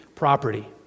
Property